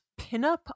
pinup